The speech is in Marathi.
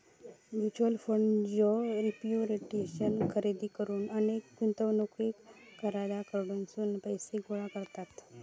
म्युच्युअल फंड ज्यो सिक्युरिटीज खरेदी करुक अनेक गुंतवणूकदारांकडसून पैसो गोळा करता